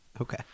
okay